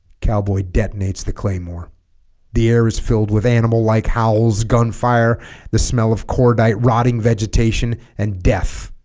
cowboy detonates the claymore the air is filled with animal-like howls gunfire the smell of cordite rotting vegetation and death